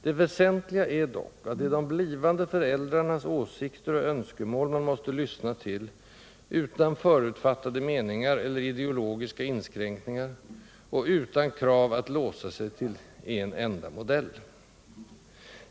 Det väsentliga är dock att det är de blivande föräldrarnas åsikter och önskemål man måste lyssna till, utan förutfattade meningar eller ideologiska inskränkningar och utan krav att låsa sig till en enda modell.